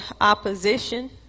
opposition